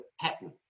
pattern